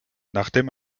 nachdem